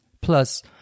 Plus